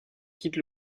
quitte